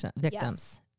victims